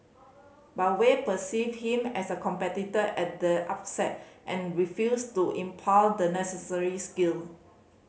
but we perceived him as a competitor at the upset and refused to impart the necessary skill